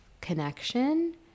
connection